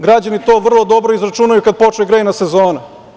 Građani to vrlo dobro izračunaju kad počne grejna sezona.